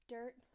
Dirt